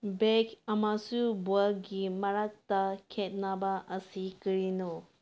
bag ꯑꯃꯁꯨꯡ ꯕꯣꯜꯒꯤ ꯃꯔꯛꯇ ꯈꯦꯅꯕ ꯑꯁꯤ ꯀꯔꯤꯅꯣ